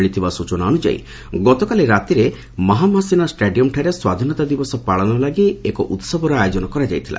ମିଳିଥିବା ସୂଚନା ଅନୁଯାୟୀ ଗତକାଲି ରାତିରେ ମାହାମାସିନା ଷ୍ଟାଡିୟମ୍ଠାରେ ସ୍ୱାଧୀନତା ଦିବସ ପାଳନ ଲାଗି ଏକ ଉତ୍ସବର ଆୟୋଜନ କରାଯାଇଥିଲା